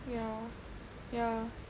ya ya